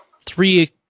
three